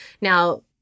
Now